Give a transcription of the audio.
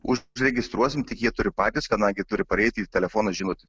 užregistruosim tik jie turi patys kadangi turi pareiti į telefoną žinutė